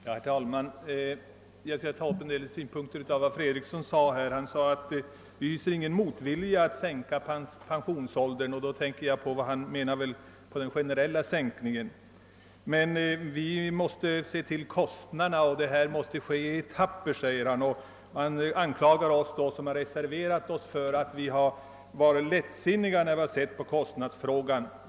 Herr talman! Jag skall ta upp en del synpunkter i herr Fredrikssons anförande. Han sade sig inte hysa någon motvilja mot att sänka pensionsåldern — han avser väl då den generella sänkningen — men man måste se till kostnaderna, och sänkningen måste ske i etapper. Han anklagar oss reservanter för att vara lättsinniga i vår syn på kostnadsfrågan.